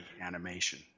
animation